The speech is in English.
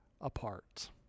apart